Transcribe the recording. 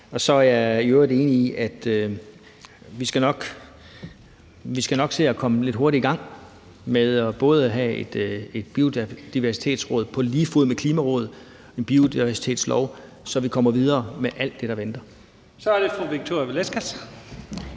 Så er jeg i øvrigt enig i, at vi nok skal se at komme lidt hurtigt i gang med både at have et biodiversitetsråd på lige fod med Klimarådet og en biodiversitetslov, så vi kommer videre med alt det, der venter. Kl. 16:33 Første